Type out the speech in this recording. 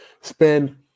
spend